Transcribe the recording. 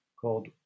called